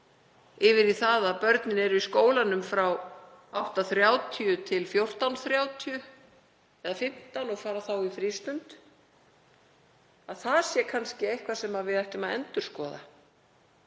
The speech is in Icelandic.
yfir í það að börnin eru í skólanum frá 8.30 til 14.30 eða 15 og fara þá í frístund, að það sé kannski eitthvað sem við ættum að endurskoða.